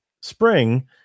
spring